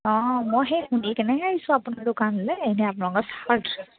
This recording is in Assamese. অঁ মই সেই শুনি কেনেহে আহিছোঁ আপোনাৰ দোকানলৈ এনেই আপোনালোকৰ চাহৰ